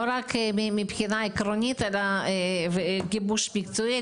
לא רק מבחינה עקרונית וגיבוש מקצועי,